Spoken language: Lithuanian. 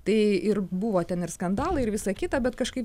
tai ir buvo ten ir skandalai ir visa kita bet kažkaip